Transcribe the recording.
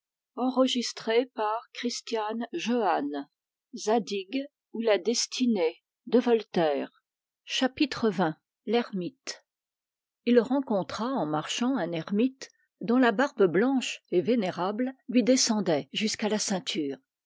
b il rencontra en marchant un ermite dont la barbe blanche et vénérable lui descendait jusqu'à la ceinture